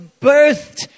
birthed